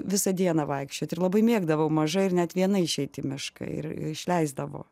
visą dieną vaikščioti ir labai mėgdavau maža ir net viena išeiti į mišką ir išleisdavo